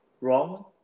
wrong